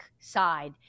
side